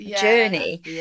journey